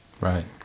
Right